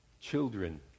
children